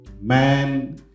Man